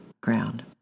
ground